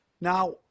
Now